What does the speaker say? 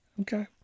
Okay